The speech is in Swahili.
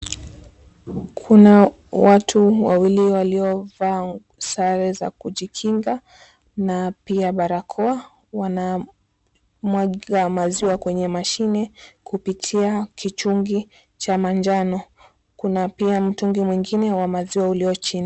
Kuna watu wawili waliyovaa sare za kujikinga na pia barakoa wanamwaga maziwa kwenye mashine kupitia kichungi cha manjano, kuna pia mtungi mwengine wa maziwa uliyo chini.